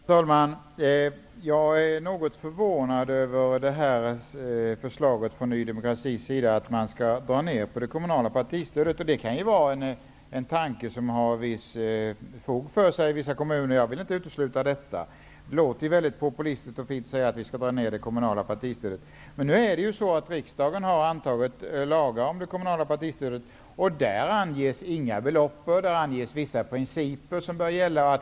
Herr talman! Jag är något förvånad över förslaget från Ny demokrati om att man skall dra ner på det kommunala partistödet. Det kan finnas fog för det i vissa kommuner. Jag vill inte utesluta detta. Men det låter väldigt populistiskt att säga att vi skall dra ner på det kommunala partistödet. Riksdagen har ju antagit lagen om det kommunala partistödet. Där anges inga belopp utan bara vissa principer som bör gälla.